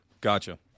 Gotcha